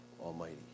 Almighty